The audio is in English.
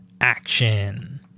Action